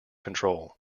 control